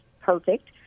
perfect